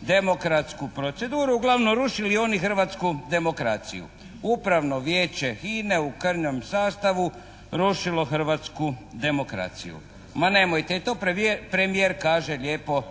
demokratsku proceduru uglavnom rušili oni hrvatsku demokraciju. Upravno vijeće HINA-e u krnjem sastavu rušilo hrvatsku demokraciju. Ma nemojte, i to premijer kaže lijepo